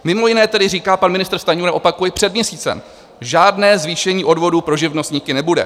Mimo jiné tedy říká pan ministr Stanjura, opakuji, před měsícem: Žádné zvýšení odvodů pro živnostníky nebude.